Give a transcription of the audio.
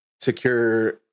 secure